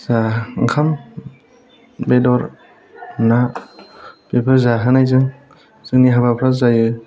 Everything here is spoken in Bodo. साहा ओंखाम बेदर ना बेफोर जाहोनायजों जोंनि हाबाफोरा जायो